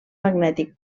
magnètic